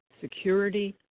security